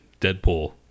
Deadpool